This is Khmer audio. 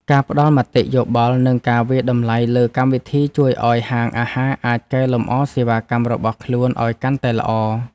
ការផ្តល់មតិយោបល់និងការវាយតម្លៃលើកម្មវិធីជួយឱ្យហាងអាហារអាចកែលម្អសេវាកម្មរបស់ខ្លួនឱ្យកាន់តែល្អ។